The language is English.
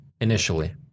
initially